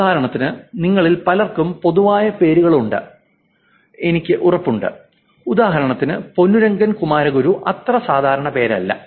ഉദാഹരണത്തിന് നിങ്ങളിൽ പലർക്കും പൊതുവായ പേരുകളുണ്ടെന്ന് എനിക്ക് ഉറപ്പുണ്ട് ഉദാഹരണത്തിന് പൊന്നുരാഗൻ കുമാരഗുരു അത്ര സാധാരണ പേര് അല്ല